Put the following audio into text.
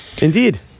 Indeed